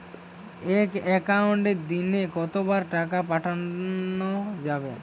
এক একাউন্টে দিনে কতবার টাকা পাঠানো যাবে?